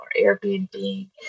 Airbnb